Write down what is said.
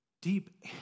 Deep